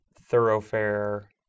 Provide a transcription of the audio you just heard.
thoroughfare